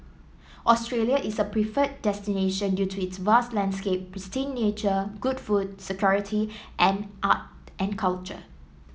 Australia is a preferred destination due to its vast landscape pristine nature good food security and art and culture